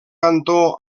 cantó